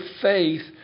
faith